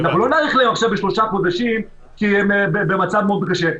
לא נאריך להם עכשיו בשלושה חודשים כי הם במצב מאוד קשה,